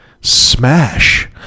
Smash